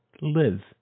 live